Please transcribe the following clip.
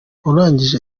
urangije